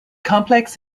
complex